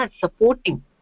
supporting